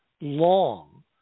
long